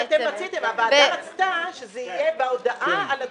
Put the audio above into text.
הוועדה רצתה שזה יהיה בהודעה על הדחיה.